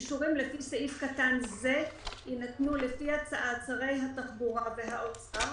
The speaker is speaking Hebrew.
אישורים לפי סעיף קטן זה יינתנו לפי הצעת שרי התחבורה והאוצר,